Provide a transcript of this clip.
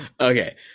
Okay